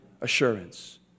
assurance